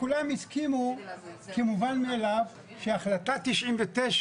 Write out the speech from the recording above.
כולם הסכימו כמובן מאליו שהחלטת 99'